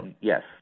yes